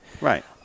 Right